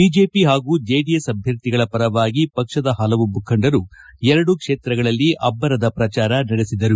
BJP ಹಾಗೂ JDS ಅಭ್ಯರ್ಥಿಗಳ ಪರವಾಗಿ ಪಕ್ಷದ ಹಲವು ಮುಖಂಡರು ಎರಡೂ ಕ್ಷೇತ್ರಗಳಲ್ಲಿ ಅಬ್ಬರದ ಪ್ರಚಾರ ನಡೆಸಿದರು